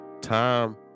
time